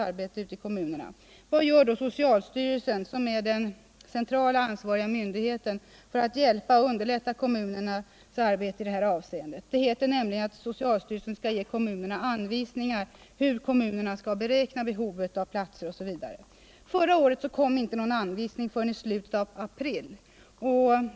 Vad gör då socialstyrelsen, som är den centrala ansvariga myndigheten, för alt hjälpa och underlätta kommunernas arbete i detta avseende? Det heter nämligen att socialstyrelsen skall ge kommunerna anvisningar om hur kommunerna skall beräkna behovet av platser osv. Ja, förra året kom det inte några anvisningar förrän i slutet av april.